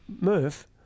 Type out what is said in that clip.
Murph